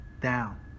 down